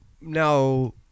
now